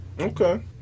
Okay